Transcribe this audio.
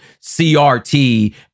CRT